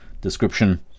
description